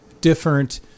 different